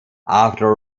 after